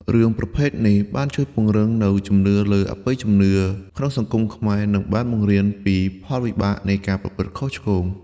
រឿងប្រភេទនេះបានជួយពង្រឹងនូវជំនឿលើអបិយជំនឿក្នុងសង្គមខ្មែរ និងបានបង្រៀនពីផលវិបាកនៃការប្រព្រឹត្តខុសឆ្គង។